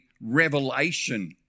revelation